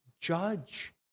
judge